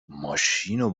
ماشینو